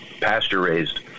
pasture-raised